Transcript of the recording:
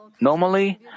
Normally